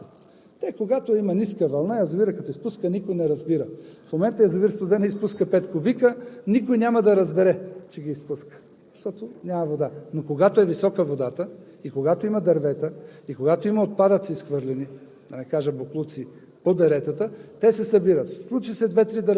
когато имаме високи вълни, когато и язовирите се налага да изпускат. Когато има ниска вълна, язовирът, като изпуска, никой не разбира. В момента язовир „Студена“ изпуска пет кубика, никой няма да разбере, че ги изпуска, защото няма вода, но когато е висока водата, и когато има дървета, и когато има изхвърлени